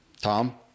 Tom